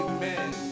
Amen